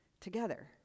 together